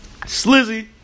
Slizzy